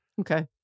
Okay